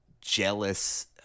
jealous